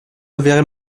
enverrai